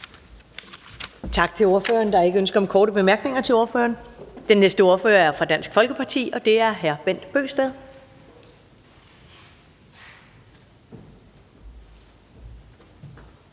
Tak til ordføreren. Der er ingen ønsker om korte bemærkninger til ordføreren. Den næste ordfører kommer fra Det Konservative Folkeparti, og det er fru Mona Juul.